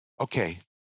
Okay